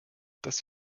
dass